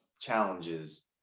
challenges